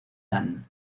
dan